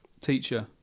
teacher